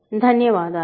ధన్యవాదాలు